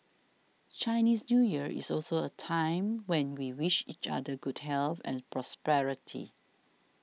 Chinese New Year is also a time when we wish each other good health and prosperity